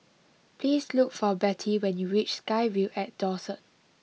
please look for Betty when you reach SkyVille at Dawson